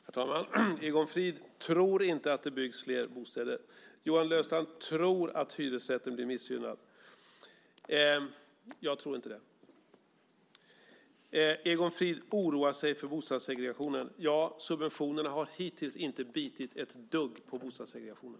Herr talman! Egon Frid tror inte att det byggs fler bostäder. Johan Löfstrand tror att hyresrätten blir missgynnad. Jag tror inte det. Egon Frid oroar sig för bostadssegregationen. Ja, subventionerna har hittills inte bitit ett dugg på bostadssegregationen.